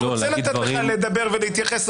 אני רוצה לתת לך לדבר ולהתייחס,